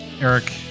Eric